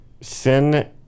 sin